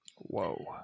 Whoa